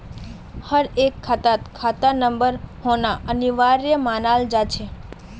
हर एक खातात खाता नंबर होना अनिवार्य मानाल जा छे